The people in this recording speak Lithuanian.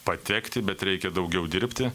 patekti bet reikia daugiau dirbti